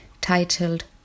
titled